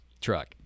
truck